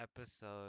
episode